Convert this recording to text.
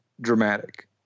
dramatic